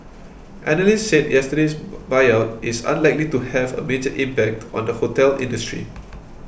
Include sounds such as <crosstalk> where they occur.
analysts said yesterday's <noise> buyout is unlikely to have a major impact on the hotel industry